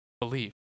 believe